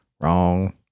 wrong